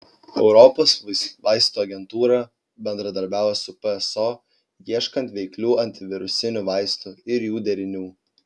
europos vaistų agentūra bendradarbiauja su pso ieškant veiklių antivirusinių vaistų ir jų derinių